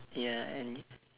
ya and